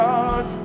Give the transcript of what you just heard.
God